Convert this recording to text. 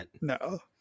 No